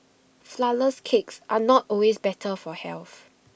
Flourless Cakes are not always better for health